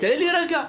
תן לי רגע.